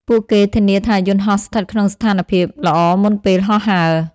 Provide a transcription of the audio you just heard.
ពួកគេធានាថាយន្តហោះស្ថិតក្នុងស្ថានភាពល្អមុនពេលហោះហើរ។